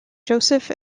joseph